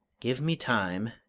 give me time,